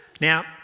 now